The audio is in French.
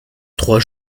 trois